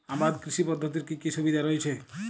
আবাদ কৃষি পদ্ধতির কি কি সুবিধা রয়েছে?